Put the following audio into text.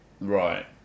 right